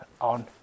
on